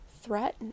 threat